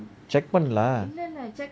check பன்னால:panala